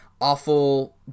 awful